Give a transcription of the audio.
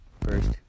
first